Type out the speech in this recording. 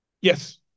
Yes